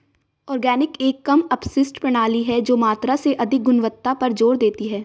organic एक कम अपशिष्ट प्रणाली है जो मात्रा से अधिक गुणवत्ता पर जोर देती है